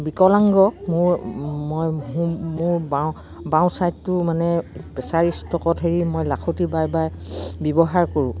বিকলাংগ মোৰ মই মোৰ বাওঁ বাওঁ ছাইডটো মানে প্ৰেছাৰ ষ্টকত হেৰি মই লাখুতি বাই বাই ব্যৱহাৰ কৰোঁ